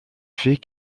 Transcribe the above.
faits